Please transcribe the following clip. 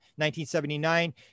1979